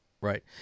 Right